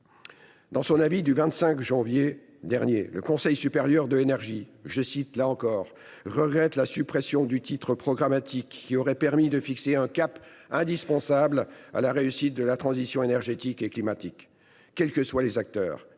Dans son avis du 25 janvier suivant, le Conseil supérieur de l’énergie (CSE) regrettait « la suppression du titre programmatique qui aurait permis de fixer un cap indispensable à la réussite de la transition énergétique et climatique ». Quels que soient les acteurs,